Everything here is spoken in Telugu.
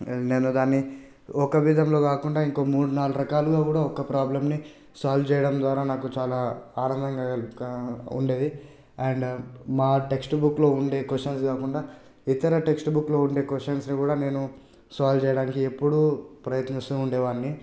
నన్ను దాన్ని ఒక విధంలో ఇంకో మూడు నాలుగు రకాలుగా కూడా ఒక ప్రాబ్లంని సాల్వ్ చేయడం ద్వారా నాకు చాలా ఆనందకరంగా ఉండేది అండ్ మా టెక్స్టుబుక్లో ఉండే క్వశ్చన్స్ కాకుండా ఇతర టెక్స్టుబుక్లో ఉండే క్వశ్చన్స్ని కూడా నేను సాల్వ్ చేయడానికి ఎప్పుడూ ప్రయత్నిస్తూ ఉండేవాడిని